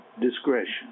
discretion